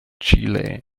chile